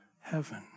heaven